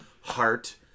heart